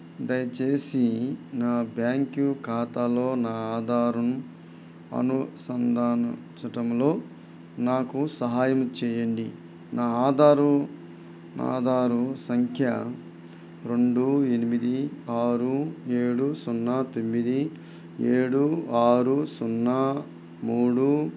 దయచేసి నా బ్యాంకు ఖాతాలో నా ఆధారును అనుసంధానించడంలో నాకు సహాయము చేయండి నా ఆధారు నా ఆధారు సంఖ్య రెండు ఎనిమిది ఆరు ఏడు సున్నా తొమ్మిది ఏడు ఆరు సున్నా మూడు